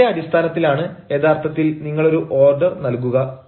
അതിന്റെ അടിസ്ഥാനത്തിലാണ് യഥാർത്ഥത്തിൽ നിങ്ങൾ ഒരു ഓർഡർ നൽകുക